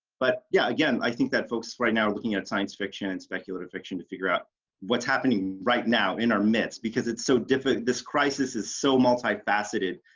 but yeah again i think that folks right now looking at science fiction and speculative fiction to figure out what's happening right now in our myths because it's so different. this crisis is so multifaceted.